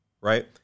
right